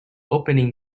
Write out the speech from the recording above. opening